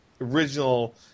original